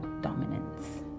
dominance